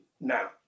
Now